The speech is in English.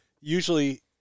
usually